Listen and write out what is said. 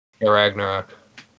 Ragnarok